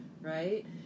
right